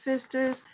sisters